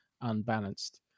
unbalanced